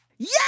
Yes